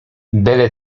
byle